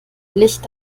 licht